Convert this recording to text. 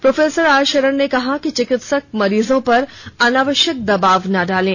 pro R Sharan ने कहा कि चिकित्सक मरीजों पर अनावश्यक दबाव न डालें